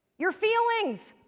your feelings!